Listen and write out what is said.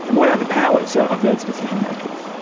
and what are the powers of those decision-makers?